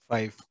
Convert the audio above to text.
Five